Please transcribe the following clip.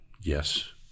yes